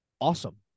awesome